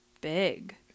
big